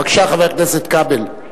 בבקשה, חבר הכנסת כבל.